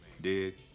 Dig